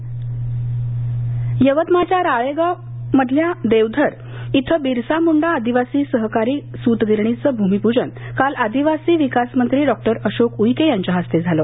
सतगिरणी यवतमाळच्या राळेगाव मधल्या देवधर इथं बिरसा मुंडा आदिवासी सहकारी सूतगिरणीचं भूमिपूजन काल आदिवासी विकास मंत्री डॉ अशोक उईके यांच्या हस्ते झालं